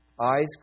eyes